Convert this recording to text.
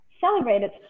celebrated